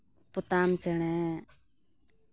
ᱯᱚᱛᱟᱢ ᱪᱮᱬᱮ